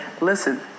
listen